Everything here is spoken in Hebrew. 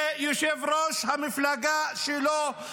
יושב-ראש המפלגה שלו.